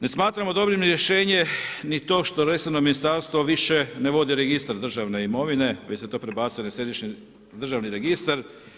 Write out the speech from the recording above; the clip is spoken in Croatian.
Ne smatramo dobrim rješenje ni to što resorno ministarstvo više ne vodi registar državne imovine već ste to prebacili u središnji državni registar.